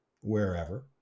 wherever